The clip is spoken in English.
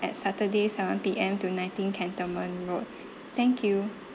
at saturday seven P_M to nineteen cantonment road thank you